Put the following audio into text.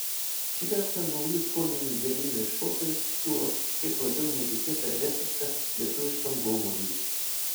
šį kartą naujų skoninių derinių ieškotojas siūlo kiek labiau netikėtą receptą lietuviškam gomuriui